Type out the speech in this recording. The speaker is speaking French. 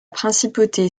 principauté